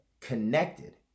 connected